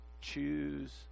choose